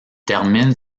termine